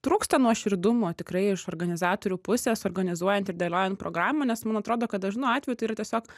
trūksta nuoširdumo tikrai iš organizatorių pusės organizuojant ir dėliojant programą nes man atrodo kad dažnu atveju tai yra tiesiog